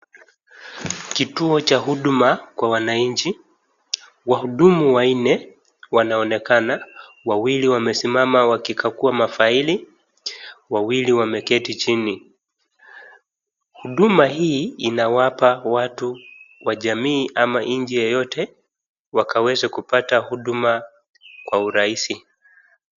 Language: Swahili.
Kituo cha huduma kwa wananchi wahudumu wanne wanaonekana wawili wamesimama wakikagua mafaili, wawili wameketi chini. Huduma hii inawapa watu wa jamii ama nchi yeyote wakaweze kupata huduma kwa urahisi.